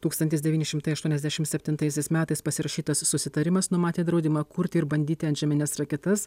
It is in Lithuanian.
tūkstantis devyni šimtai aštuoniasdešim septintaisiais metais pasirašytas susitarimas numatė draudimą kurti ir bandyti antžemines raketas